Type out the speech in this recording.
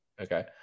Okay